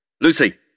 Lucy